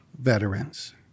veterans